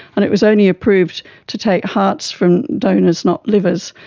and it was only approved to take hearts from donors, not livers.